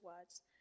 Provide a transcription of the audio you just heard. words